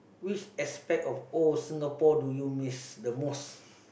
which aspect of old Singapore do you miss the most